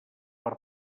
per